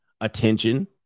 attention